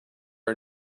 are